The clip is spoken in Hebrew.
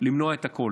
למנוע את הכול.